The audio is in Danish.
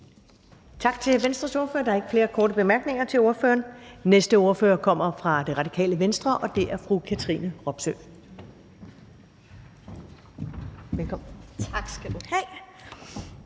Tak til Venstres ordfører. Der er ikke flere korte bemærkninger til ordføreren. Næste ordfører kommer fra Radikale Venstre, og det er fru Katrine Robsøe.